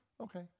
Okay